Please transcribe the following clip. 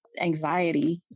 anxiety